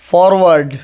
forward